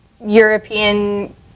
european